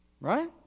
right